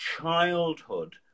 childhood